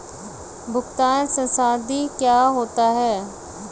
भुगतान संसाधित क्या होता है?